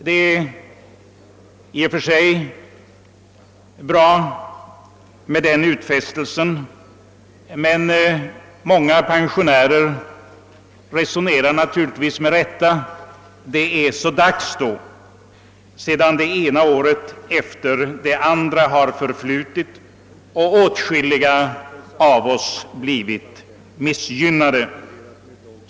Det är i och för sig bra med den utfästelsen, men många pensionärer resonerar naturligtvis med rätta på följande sätt: Det är så dags då, sedan det ena året efter det andra har förflutit och åtskilliga av oss blivit missgynnade!